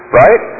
right